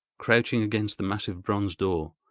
crouching against the massive bronze door,